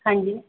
ਹਾਂਜੀ